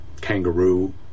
kangaroo